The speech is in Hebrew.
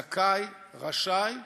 זכאי, רשאי,